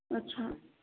अच्छा